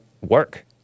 work